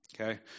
Okay